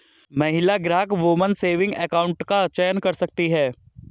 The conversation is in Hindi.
महिला ग्राहक वुमन सेविंग अकाउंट का चयन कर सकती है